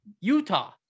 Utah